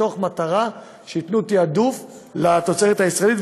מתוך מטרה שייתנו תעדוף לתוצרת הישראלית,